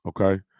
Okay